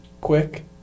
quick